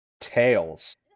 Tails